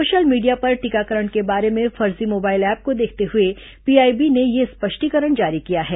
social media पर टीकाकरण के बारे में फर्जी मोबाइल ऐप्प को देखते हए पीआईबी ने यह स्पष्टीकरण जारी किया है